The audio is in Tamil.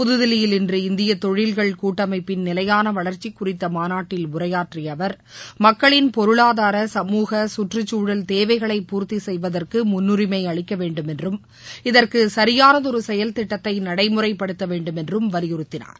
புத்தில்லியில் இன்று இந்திய தொழில்கள் கூட்டமைப்பின் நிலையான வளர்ச்சி குறித்த மாநாட்டில் உரையாற்றிய அவர் மக்களின் பொருளாதார கமூக கற்றுக்சூழல் தேவைகளை பூர்த்தி கெய்வதற்கு முன்னுரிமை அளிக்கவேண்டும் என்றும் இதற்கு சரியானதொரு செயல் திட்டத்தை நடைமுறைப்படுத்தவேண்டும் என்றும் வலியுறுத்தினார்